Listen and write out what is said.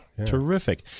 Terrific